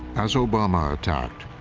as obama attacked,